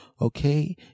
okay